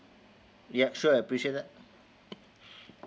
yup sure I appreciate that